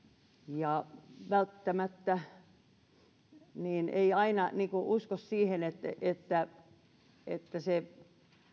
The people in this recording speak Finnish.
ja välttämättä ei aina usko siihen että että se